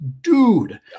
dude